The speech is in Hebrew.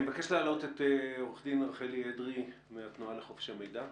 אני מבקש להעלות את עורכת הדין רחלי אדרי מהתנועה לחופש המידע.